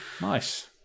Nice